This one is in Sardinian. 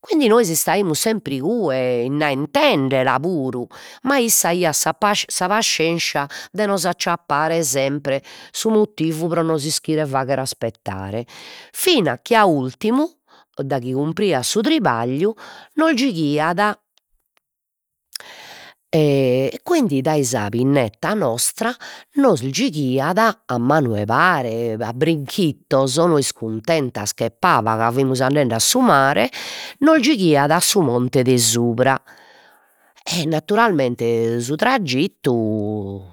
quindi nois istaimus sempre igue innaentendela puru, ma issa aiat sa sa pascenscia de nos acciappare sempre su motivu pro nos fagher aspettare, fina chi a ultimu daghi cumpriat su tribagliu, nos giughiat quindi, dai sa pinnetta nostra nos giughiat a manu 'e pare e a brinchittos, nois cuntentas che paba ca fimus andende a su mare, nos giughiat a su monte de subra e naturalmente su tragittu